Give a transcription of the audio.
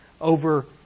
over